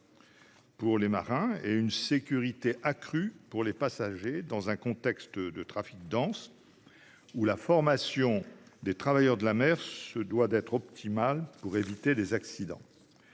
pour les marins et une sécurité accrue pour les passagers, dans un contexte de trafic dense, où la formation des travailleurs de la mer se doit d'être optimale pour éviter les accidents.